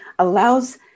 allows